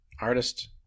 artist